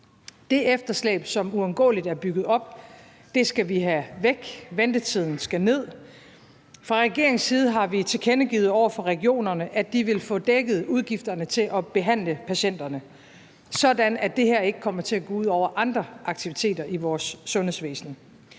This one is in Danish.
Det efterslæb, som uundgåeligt er bygget op, skal vi have væk. Ventetiden skal ned. Fra regeringens side har vi tilkendegivet over for regionerne, at de vil få dækket udgifterne til at behandle patienterne, så det her ikke kommer til at gå ud over andre aktiviteter i vores sundhedsvæsen.